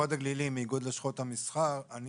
איגוד לשכות המסחר.